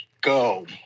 go